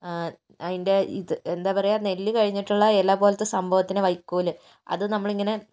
അതിൻ്റെ ഇത് എന്താ പറയുക നെല്ല് കഴിഞ്ഞിട്ടുള്ള ഇല പോലത്തെ സംഭവത്തിന് വൈക്കോല് അത് നമ്മൾ ഇങ്ങനെ